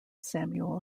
samuel